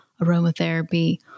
aromatherapy